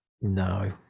No